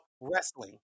wrestling